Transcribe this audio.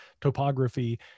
topography